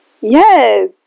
yes